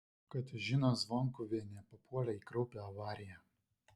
katažina zvonkuvienė papuolė į kraupią avariją